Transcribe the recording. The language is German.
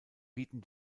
bieten